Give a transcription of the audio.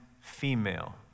female